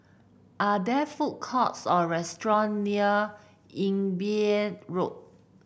are there food courts or restaurant near Imbiah Road